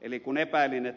eli kun epäilin